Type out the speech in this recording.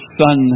son